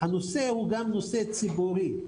הנושא הוא גם נושא ציבורי,